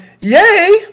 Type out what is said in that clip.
yay